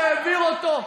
שהעביר אותו,